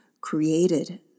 created